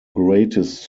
greatest